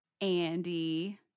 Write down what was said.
Andy